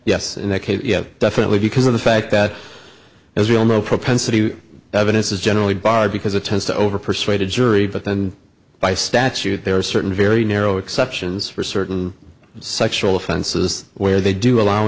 yes in that case yes definitely because of the fact that as we all know propensity evidence is generally barred because it tends to over persuade a jury but then by statute there are certain very narrow exceptions for certain sexual offenses where they do allow